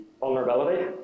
vulnerability